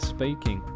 Speaking